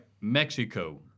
Mexico